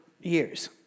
years